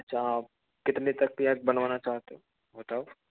अच्छा आप कितने तक या बनवाना चाहते हो बताओ